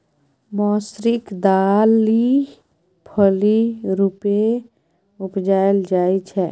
मौसरीक दालि फली रुपेँ उपजाएल जाइ छै